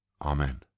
Amen